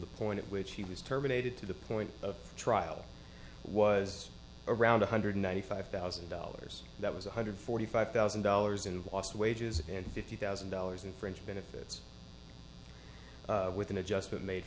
the point at which he was terminated to the point of trial was around one hundred ninety five thousand dollars that was one hundred forty five thousand dollars in lost wages and fifty thousand dollars in fringe benefits with an adjustment made